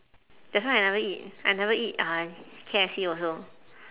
that's why I never eat I never eat uh K_F_C also